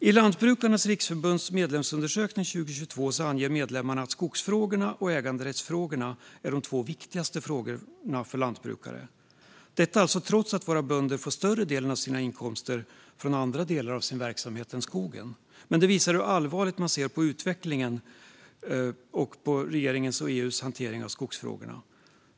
I Lantbrukarnas Riksförbunds medlemsundersökning 2022 anger medlemmarna att skogsfrågorna och äganderättsfrågorna är de två viktigaste frågorna för lantbrukare. Detta är alltså trots att våra bönder får större delen av sina inkomster från andra delar av sin verksamhet än skogen. Men det visar hur allvarligt man ser på utvecklingen av regeringens och EU:s hantering av skogsfrågorna.